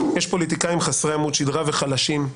יש פוליטיקאים חסרי עמוד שדרה וחלשים,